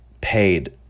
paid